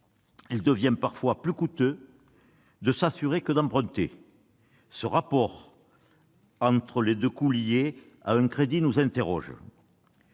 il devient parfois plus coûteux de s'assurer que d'emprunter. Ce rapport entre les deux coûts liés à un crédit nous interroge.